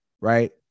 Right